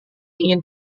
ingin